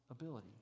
ability